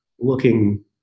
looking